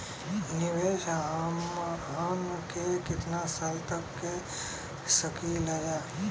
निवेश हमहन के कितना साल तक के सकीलाजा?